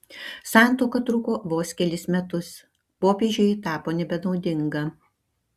santuoka truko vos kelis metus popiežiui ji tapo nebenaudinga